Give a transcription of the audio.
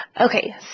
Okay